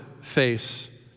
face